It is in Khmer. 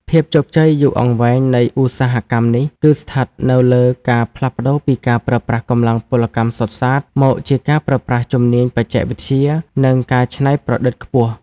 ភាពជោគជ័យយូរអង្វែងនៃឧស្សាហកម្មនេះ គឺស្ថិតនៅលើការផ្លាស់ប្តូរពីការប្រើប្រាស់កម្លាំងពលកម្មសុទ្ធសាធ មកជាការប្រើប្រាស់ជំនាញបច្ចេកវិទ្យា និងការច្នៃប្រឌិតខ្ពស់។